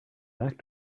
back